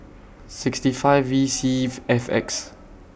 sixty five V C F X